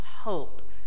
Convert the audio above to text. hope